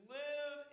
live